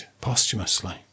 posthumously